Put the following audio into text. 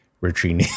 Richie